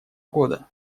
года